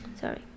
sorry